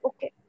Okay